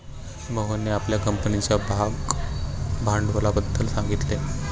मोहनने आपल्या कंपनीच्या भागभांडवलाबद्दल सांगितले